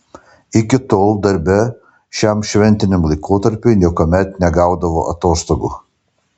iki tol darbe šiam šventiniam laikotarpiui niekuomet negaudavo atostogų